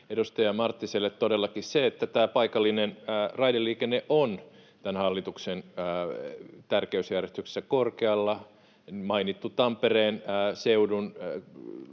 Edustaja Marttiselle: todellakin tämä paikallinen raideliikenne on tämän hallituksen tärkeysjärjestyksessä korkealla, mainittu Tampereen seudun